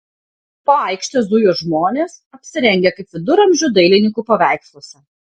po aikštę zujo žmonės apsirengę kaip viduramžių dailininkų paveiksluose